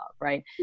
right